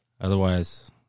Otherwise